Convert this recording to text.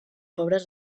pobres